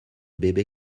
bébé